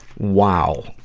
wow!